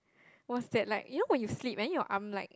was that like you know when you sleep and then your arm like